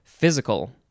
Physical